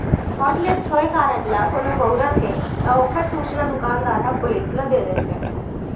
hotlist होए card ल कोनो बउरत हे त ओखर सूचना दुकानदार ह पुलिस ल दे देथे